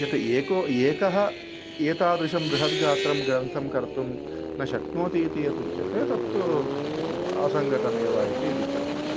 यत् एकः एकः एतादृशं बृहद्गात्रं ग्रन्थं कर्तुं न शक्नोति इति यत् उच्यते तत्तु असङ्गतमेव इति दिक्